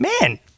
man